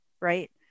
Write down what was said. right